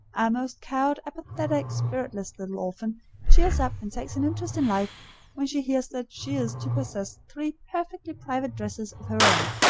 our most cowed, apathetic, spiritless little orphan cheers up and takes an interest in life when she hears that she is to possess three perfectly private dresses of her own,